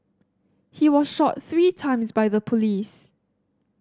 he was shot three times by the police